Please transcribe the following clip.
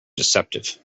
deceptive